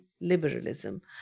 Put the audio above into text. liberalism